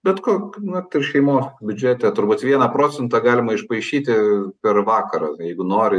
bet ko vat ir šeimos biudžete turbūt vieną procentą galima išpaišyti per vakarą jeigu nori